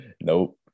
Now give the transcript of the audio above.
Nope